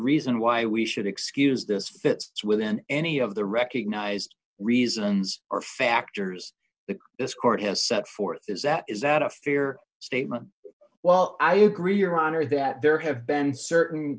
reason why we should excuse this fits within any of the recognized reasons or factors that this court has set forth is that is that a fair statement well i agree your honor that there have been certain